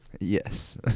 Yes